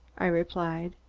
i replied.